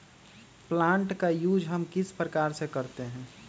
Plant का use हम किस प्रकार से करते हैं?